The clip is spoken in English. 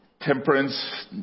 temperance